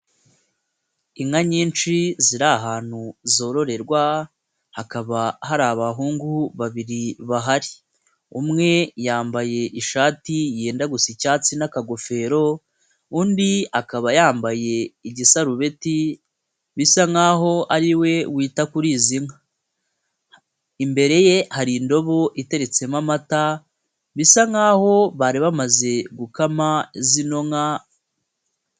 Inka nyinshi ziri ahantu zororerwa hakaba hari abahungu babiri bahari, umwe yambaye ishati yenda gusa icyatsi n'akagofero undi akaba yambaye igisarubeti bisa nk'aho ari we wita kuri izi nka, imbere ye hari indobo iteretsemo amata bisa nk'aho bari bamaze gukama zino nka.